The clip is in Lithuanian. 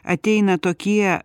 ateina tokie